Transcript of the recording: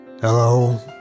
Hello